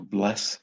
bless